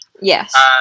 yes